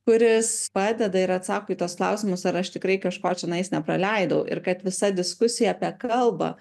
kuris padeda ir atsako į tuos klausimus ar aš tikrai kažko čionais nepraleidau ir kad visa diskusija apie kalbą